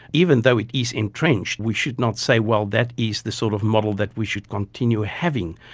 even though it is entrenched we should not say, well, that is the sort of model that we should continue having.